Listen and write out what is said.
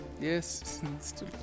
Yes